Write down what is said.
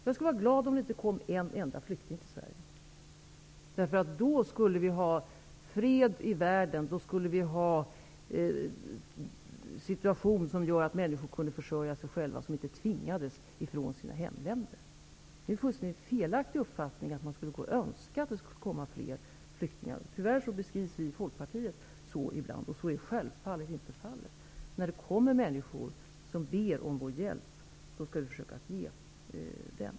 Jag skulle vara glad om det inte kom en enda flykting till Sverige. Då skulle vi ha fred i världen och en situation där människor kunde försörja sig själva och inte tvingades ifrån sina hemländer. Det är en fullkomligt felaktig uppfattning att tro att jag önskar att det skulle komma fler flyktingar. Tyvärr beskrivs vi i Folkpartiet så ibland, och det är självfallet inte fallet. När det kommer människor som ber om vår hjälp skall vi försöka att ge den.